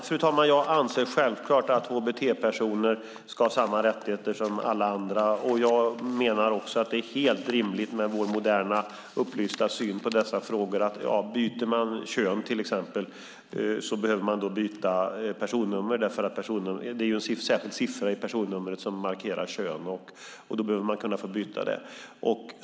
Fru talman! Jag anser självfallet att hbt-personer ska ha samma rättigheter som alla andra. Jag menar också att det är helt rimligt med vår moderna, upplysta syn på dessa frågor. Byter man till exempel kön behöver man byta personnummer. Det är ju en särskild siffra i personnumret som markerar kön, och då behöver man kunna få byta examensbevis.